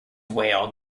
whale